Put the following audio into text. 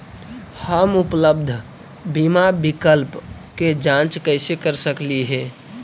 हम उपलब्ध बीमा विकल्प के जांच कैसे कर सकली हे?